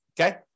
Okay